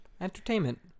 Entertainment